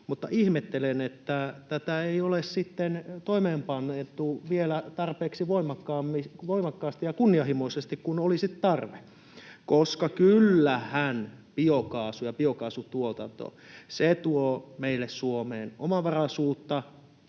kirjattu, niin tätä ei ole sitten toimeenpantu vielä tarpeeksi voimakkaasti ja niin kunnianhimoisesti kuin olisi tarve, koska kyllähän biokaasu ja biokaasutuotanto tuovat meille Suomeen omavaraisuutta